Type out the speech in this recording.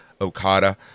Okada